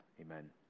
Amen